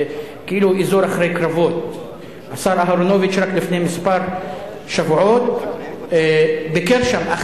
זה כאילו אזור אחרי קרבות, רק לפני כמה שבועות ביקר שם השר אהרונוביץ,